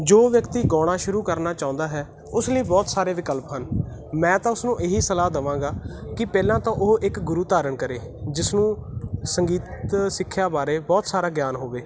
ਜੋ ਵਿਅਕਤੀ ਗਾਉਣਾ ਸ਼ੁਰੂ ਕਰਨਾ ਚਾਹੁੰਦਾ ਹੈ ਉਸ ਲਈ ਬਹੁਤ ਸਾਰੇ ਵਿਕਲਪ ਹਨ ਮੈਂ ਤਾਂ ਉਸਨੂੰ ਇਹੀ ਸਲਾਹ ਦੇਵਾਂਗਾ ਕਿ ਪਹਿਲਾਂ ਤਾਂ ਉਹ ਇੱਕ ਗੁਰੂ ਧਾਰਨ ਕਰੇ ਜਿਸ ਨੂੰ ਸੰਗੀਤ ਸਿੱਖਿਆ ਬਾਰੇ ਬਹੁਤ ਸਾਰਾ ਗਿਆਨ ਹੋਵੇ